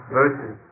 verses